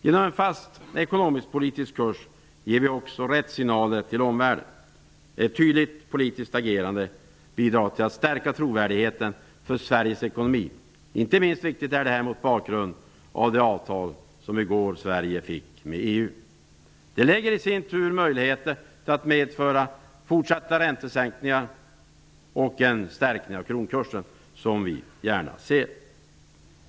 Genom en fast ekonomisk-politisk kurs ger vi också rätt signaler till omvärlden. Ett tydligt politiskt agerande bidrar till att stärka trovärdigheten för Sveriges ekonomi -- detta är inte minst viktigt mot bakgrund av det avtal som Sverige i går träffade med EU. Det ger i sin tur möjlighet för fortsatta räntesänkningar och en förstärkning av kronkursen, vilket vi gärna ser.